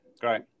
great